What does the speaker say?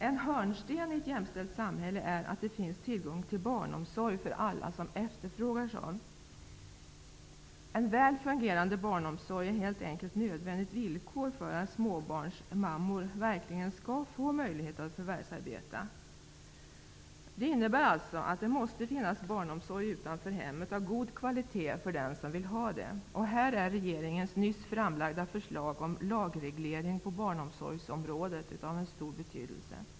En hörnsten i ett jämställt samhälle är att det finns tillgång till barnomsorg för alla som efterfrågar sådan. En väl fungerande barnomsorg är helt enkelt ett nödvändigt villkor för att småbarnsmammor verkligen skall få möjlighet att förvärvsarbeta. Det innebär att det måste finnas barnomsorg utanför hemmet av god kvalitet för den som vill ha den. Här är regeringens nyss framlagda förslag om lagreglering på barnomsorgsområdet av stor betydelse.